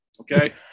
okay